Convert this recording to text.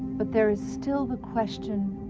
but there is still the question,